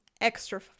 extra